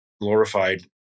glorified